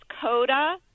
CODA